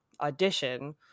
audition